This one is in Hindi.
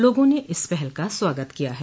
लोगों ने इस पहल का स्वागत किया है